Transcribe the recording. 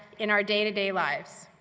in our day-to-day lives.